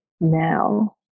now